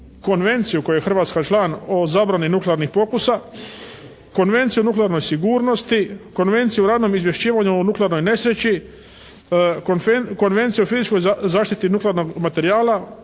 konvenciju koje je Hrvatska član o zabrani nuklearnih pokusa, Konvenciju o nuklearnoj sigurnosti, Konvenciju o radnom izvješćivanju o nuklearnoj nesreći, Konvenciju o fizičkoj zaštiti nuklearnog materijala,